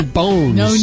bones